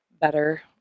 better